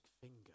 finger